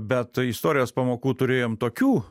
bet istorijos pamokų turėjom tokių